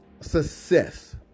success